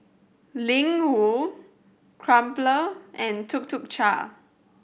Ling Wu Crumpler and Tuk Tuk Cha